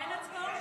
אין הצבעות?